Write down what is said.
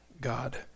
God